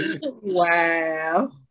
Wow